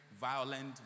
violent